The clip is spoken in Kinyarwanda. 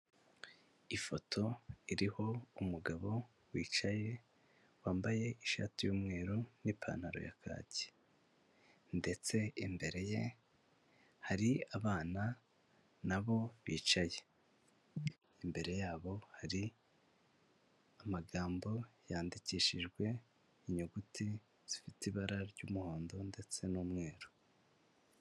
Ifoto iriho umugabo wicaye wambaye ishati y'umweru n'ipantaro ya kaki ndetse imbere ye hari abana na bo bicaye, imbere yabo hari amagambo yandikishijwe inyuguti zifite ibara ry'umuhondo ndetse n'umweru.